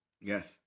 Yes